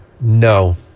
No